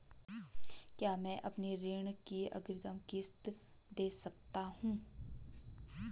क्या मैं अपनी ऋण की अग्रिम किश्त दें सकता हूँ?